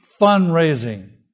fundraising